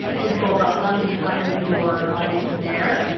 info about them, you can upload your audience there.